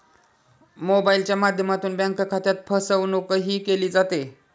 मोबाइलच्या माध्यमातून बँक खात्यात फसवणूकही केली जाते